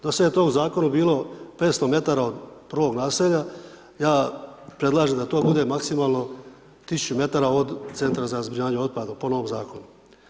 Dosada je to u zakonu bilo 500 m od prvog naselja, ja predlažem da to bude maksimalno 1000 m od centra za zbrinjavanje otpada po novom zakona.